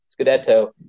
Scudetto